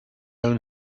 own